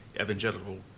Evangelical